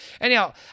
anyhow